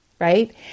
right